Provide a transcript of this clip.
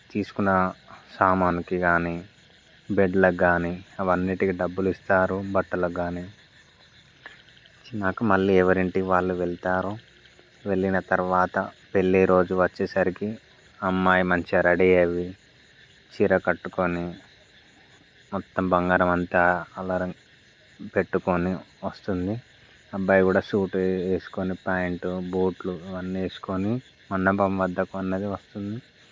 తీసుకున్న సామానుకి కానీ బెడ్లకి కానీ అవి అన్నింటికి డబ్బులు ఇస్తారు బట్టలకు కానీ నాకు మళ్ళీ ఎవరి ఇంటికి వాళ్ళు వెళ్తారు వెళ్ళిన తర్వాత పెళ్ళిరోజు వచ్చేసరికి అమ్మాయి మంచిగా రెడీ అయ్యి చీర కట్టుకొని మొత్తం బంగారం అంతా అలకారం పెట్టుకొని వస్తుంది అబ్బాయి కూడా సూటు వేసుకొని ప్యాంటు బూట్లు అవన్నీ వేసుకొని మండపం వద్దకు అనేది వస్తుంది